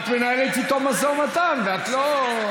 שנייה, את מנהלת איתו משא ומתן, ואת לא,